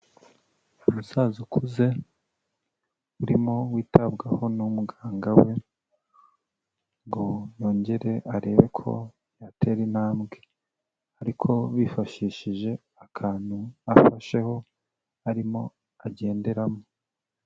Umusaza ukuze urimo witabwaho n'umuganga we ngo yongere arebe ko yatera intambwe ariko bifashishije akantu afasheho arimo agenderaho.